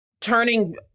Turning